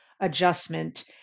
adjustment